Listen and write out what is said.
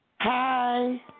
Hi